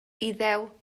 iddew